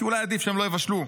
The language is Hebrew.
כי אולי עדיף שהם לא יבשלו,